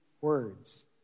words